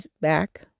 back